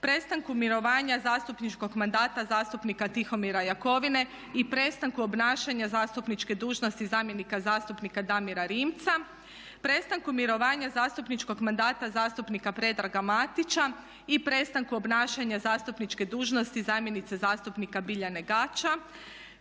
Prestanku mirovanja zastupničkog mandata zastupnika Tihomira Jakovine i prestanku obnašanja zastupničke dužnosti zamjenika zastupnika Damira Rimca. Prestanku mirovanja zastupničkog mandata zastupnika Predraga Matića i prestanku obnašanja zastupničke dužnosti zamjenice zastupnika Biljane Gaće.